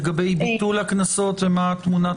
לגבי ביטול הקנסות ומה תמונת